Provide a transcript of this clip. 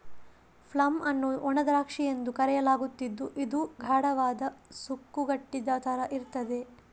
plum ಅನ್ನು ಒಣ ದ್ರಾಕ್ಷಿ ಎಂದು ಕರೆಯಲಾಗುತ್ತಿದ್ದು ಇದು ಗಾಢವಾದ, ಸುಕ್ಕುಗಟ್ಟಿದ ತರ ಇರ್ತದೆ